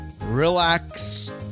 relax